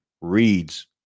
reads